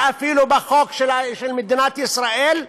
ואפילו בחוק של מדינת ישראל,